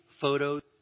photos